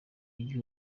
umugwi